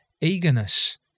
eagerness